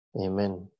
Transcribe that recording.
Amen